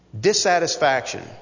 dissatisfaction